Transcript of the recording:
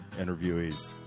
interviewees